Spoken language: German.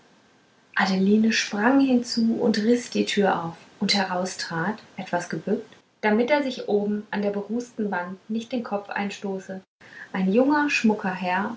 adeline sprang hinzu und riß die tür auf und heraus trat etwas gebückt damit er sich oben an der berußten wand nicht den kopf einstoße ein junger schmucker herr